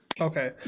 Okay